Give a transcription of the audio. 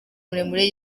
muremure